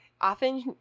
Often